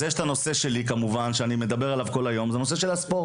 אז יש את הנושא שלי שאני מדבר עליו כל היום וזה נושא הספורט.